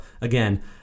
again